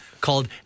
called